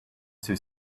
too